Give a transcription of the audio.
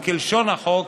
וכלשון החוק,